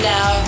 Now